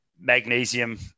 Magnesium